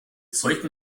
solchen